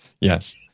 Yes